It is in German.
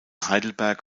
heidelberg